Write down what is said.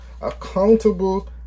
Accountable